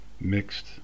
mixed